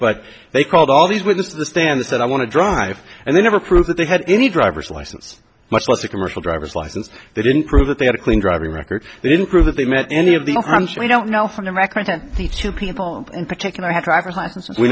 but they called all these with the stance that i want to drive and they never prove that they had any driver's license much less a commercial driver's license they didn't prove that they had a clean driving record they didn't prove that they met any of the we don't know how to reconcile the two people in particular